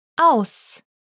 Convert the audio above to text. aus